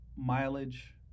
mileage